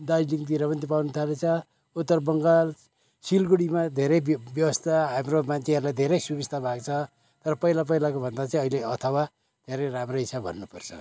दार्जिलिङतिर पनि पाउन थालेको छ उत्तर बङ्गाल सिलगढीमा धेरै व्यवस्था हाम्रो मान्छेहरूलाई धेरै सुविस्ता भएको छ तर पहिला पहिलाको भन्दा चाहिँ अहिले अथवा धेरै राम्रै छ भन्नुपर्छ